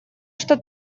что